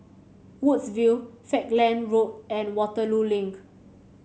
Woodsville Falkland Road and Waterloo Link